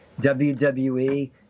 WWE